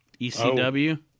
ECW